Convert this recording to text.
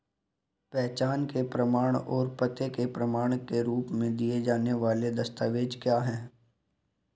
पहचान के प्रमाण और पते के प्रमाण के रूप में दिए जाने वाले दस्तावेज क्या हैं?